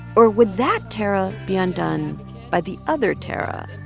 or would that tarra be undone by the other tarra,